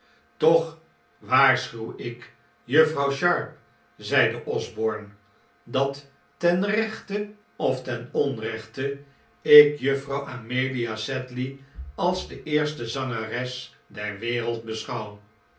toch waarschuw ik juffrouw sharp zeide osborne dat ten rechte of ten onrechte ik juffrouw amelia sedley als de eerste zangeres der wereld beschouw